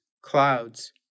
clouds